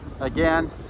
again